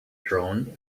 drone